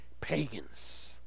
pagans